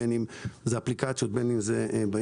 בין אם זה אפליקציות, בין אם זה האינטרנט.